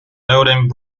loading